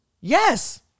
Yes